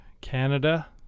Canada